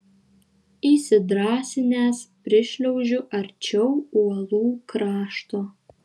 įsidrąsinęs prišliaužiu arčiau uolų krašto